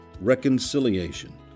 reconciliation